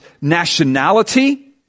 nationality